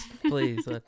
please